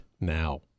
now